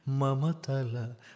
Mamatala